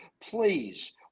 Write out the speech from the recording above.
please